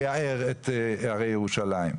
לייער את הרי ירושלים.